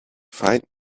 find